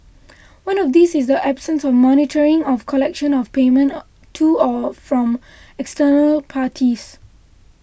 one of these is the absence of monitoring of collection of payment to or from external parties